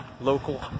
local